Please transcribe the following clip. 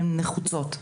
הן נחוצות.